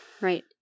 Right